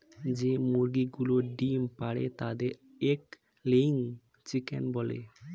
যে মুরগিগুলো ডিম পাড়ে তাদের এগ লেয়িং চিকেন বলে